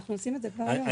אנחנו עושים את זה כבר היום.